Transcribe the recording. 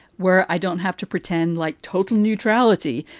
where i don't have to pretend like total neutrality.